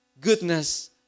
goodness